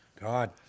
God